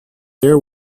there